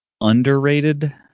underrated